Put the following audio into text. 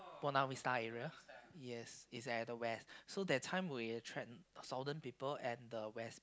Buona-Vista area yes is at the west so that time we attract southern people and the west